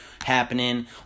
happening